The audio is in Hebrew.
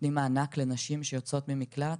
נותנים מענק לנשים שיוצאות ממקלט,